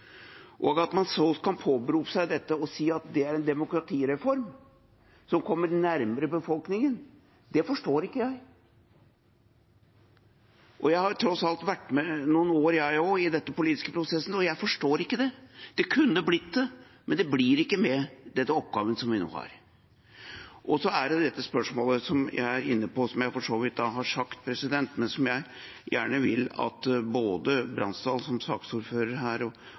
foregår. At man så kan påberope seg dette og si at det er en demokratireform som kommer nærmere befolkningen, forstår ikke jeg. Jeg har tross alt vært med noen år i denne politiske prosessen, og jeg forstår ikke det. Det kunne blitt det, men det blir det ikke med denne oppgaven vi nå har. Så er det dette spørsmålet jeg for så vidt har vært inne på, men som jeg gjerne vil at både Bransdal, som saksordfører,